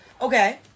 Okay